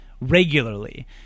regularly